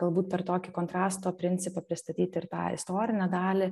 galbūt per tokį kontrasto principą pristatyti ir tą istorinę dalį